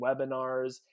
webinars